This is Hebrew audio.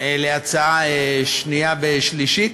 לקריאה שנייה ושלישית.